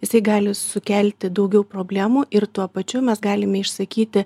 jisai gali sukelti daugiau problemų ir tuo pačiu mes galime išsakyti